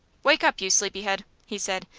wake up, you sleepy-head, he said.